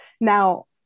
Now